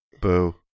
Boo